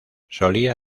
solía